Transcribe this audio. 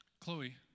Chloe